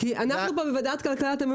כי אנחנו פה בוועדת הכלכלה תמיד